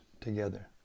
together